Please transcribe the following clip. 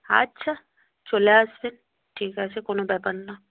আচ্ছা চলে আসবেন ঠিক আছে কোনো ব্যাপার না